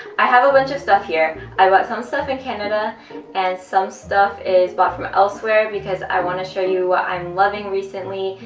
i have a bunch of stuff here, i bought some stuff in canada and some stuff is bought form elsewhere because i want to show you what i'm loving recently,